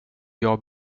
jag